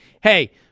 hey